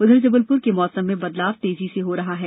उधर जबलपुर के मौसम में बदलाव तेजी से हो रहा है